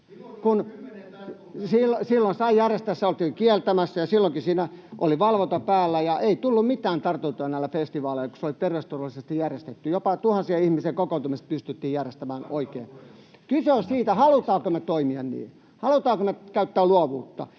Silloin sai järjestää. Se oltiin kieltämässä, ja silloinkin siinä oli valvonta päällä, ja ei tullut mitään tartuntoja näillä festivaaleilla, kun se oli terveysturvallisesti järjestetty. Jopa tuhansien ihmisten kokoontumiset pystyttiin järjestämään oikein. Kyse on siitä, halutaanko me toimia niin, halutaanko me käyttää luovuutta.